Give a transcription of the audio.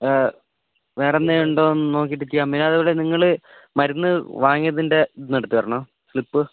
വേറെയെന്തെങ്കിലും ഉണ്ടോ ഒന്ന് നോക്കിയിട്ട് ചെയ്യാം പിന്നെ അതുപോലെ നിങ്ങൾ മരുന്ന് വാങ്ങിയതിൻ്റെ ഇതൊന്ന് എടുത്തു വരണം സ്ലിപ്പ്